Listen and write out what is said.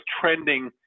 trending